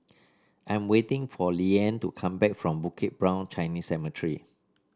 I'm waiting for Liane to come back from Bukit Brown Chinese Cemetery